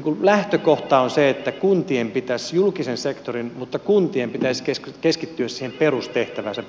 kyllä lähtökohta on se että kuntien pitäs julkisen sektorin mutta kuntien pitäisi keskittyä siihen perustehtäväänsä